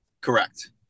Correct